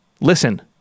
Listen